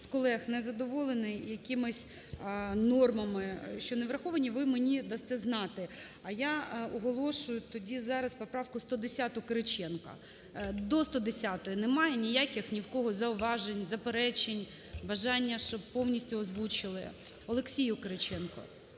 з колег не задоволений якимись нормами, що не враховані, ми мені дасте знати. А я оголошую тоді зараз поправку 110 Кириченка. До 110-ї немає ніяких ні в кого зауважень, заперечень, бажання, щоб повністю озвучили? Олексію Кириченко,